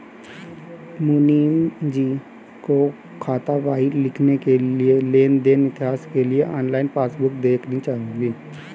मुनीमजी को खातावाही लिखने के लिए लेन देन इतिहास के लिए ऑनलाइन पासबुक देखनी होगी